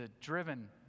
driven